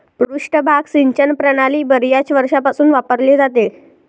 पृष्ठभाग सिंचन प्रणाली बर्याच वर्षांपासून वापरली जाते